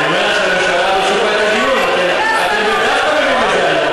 אני אומרת, לא מתאים לך להתנגד לזה.